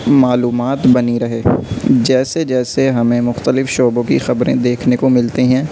معلومات بنی رہے جیسے جیسے ہمیں مختلف شعبوں کی خبریں دیکھنے کو ملتی ہیں